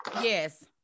Yes